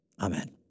Amen